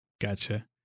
gotcha